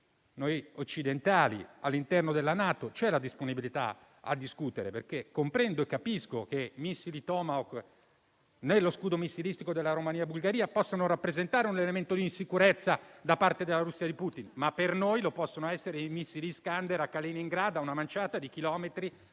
occidentale e all'interno della NATO c'è disponibilità a discutere. Comprendo e capisco, infatti, che i missili Tomahawk nello scudo missilistico della Romania e della Bulgaria possono rappresentare un elemento di insicurezza da parte della Russia di Putin. Ma per noi lo possono essere i missili Iskander a Kaliningrad, a una manciata di chilometri